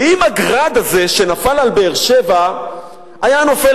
ואם ה"גראד" הזה שנפל על באר-שבע היה נופל